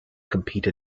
compete